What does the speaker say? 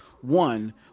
one